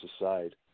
aside